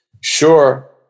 Sure